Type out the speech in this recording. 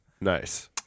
Nice